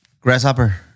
Grasshopper